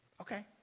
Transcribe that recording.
okay